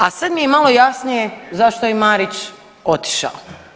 A sad mi je malo jasnije zašto je Marić otišao.